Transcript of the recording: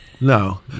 No